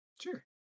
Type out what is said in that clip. sure